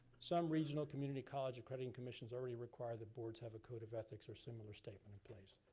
some regional community college accrediting commissions already require that boards have a code of ethics or similar statement and place.